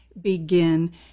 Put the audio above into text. begin